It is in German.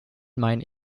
meine